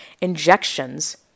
injections